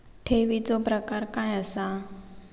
ठेवीचो प्रकार काय असा?